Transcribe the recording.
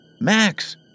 Max